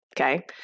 okay